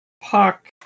Puck